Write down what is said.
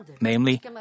namely